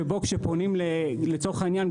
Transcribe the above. שבו כשפונים לצורך העניין,